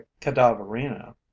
cadaverina